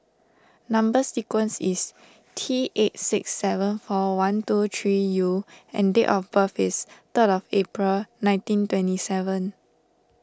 Number Sequence is T eight six seven four one two three U and date of birth is third of April nineteen twenty seven